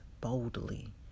boldly